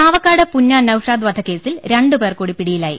ചാവക്കാട് പുന്ന നൌഷാദ് വധക്കേസിൽ രണ്ട് പേർ കൂടി പിടിയിലായി